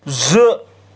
زٕ